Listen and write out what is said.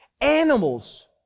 Animals